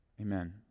Amen